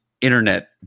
internet